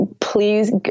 please